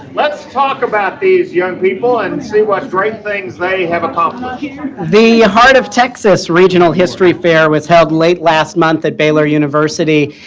let's talk about these young people and and see what great things they have accomplished. the heart of texas regional history fair was held late last month at baylor university,